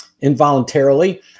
involuntarily